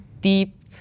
deep